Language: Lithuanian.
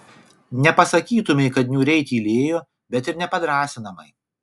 nepasakytumei kad niūriai tylėjo bet ir ne padrąsinamai